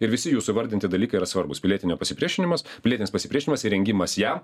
ir visi jūsų įvardinti dalykai yra svarbūs pilietinio pasipriešinimas pilietinis pasipriešinimas ir rengimas jam